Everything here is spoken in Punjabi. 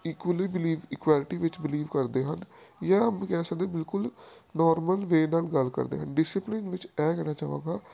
ਇਕੁਇਲੀ ਬਿਲੀਵ ਇਕੁਐਲਟੀ ਵਿੱਚ ਬਿਲੀਵ ਕਰਦੇ ਹਨ ਜਾਂ ਕਹਿ ਸਕਦੇ ਬਿਲਕੁਲ ਨੋਰਮਲ ਵੇ ਨਾਲ ਗੱਲ ਕਰਦੇ ਹਨ ਡਿਸਿਪਲੀਨ ਵਿੱਚ ਇਹ ਕਹਿਣਾ ਚਾਹਾਂਗਾ